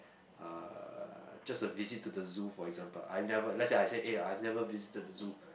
uh just a visit to the zoo for example I've never let's say I said eh I've never visited the zoo